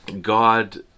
God